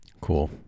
cool